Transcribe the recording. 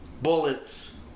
bullets